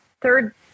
third